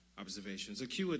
observations